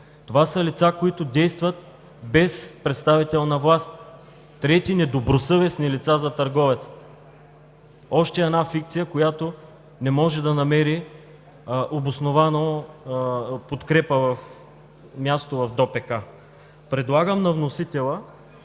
Това са лица, които действат без представителна власт – трети, недобросъвестни лица за търговеца. Още една фикция, която не може да намери обоснована подкрепа, място в ДОПК. Предлагам на вносителя